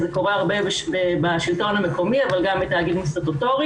זה קורה הרבה בשלטון המקומי אבל גם בתאגידים סטטוטוריים.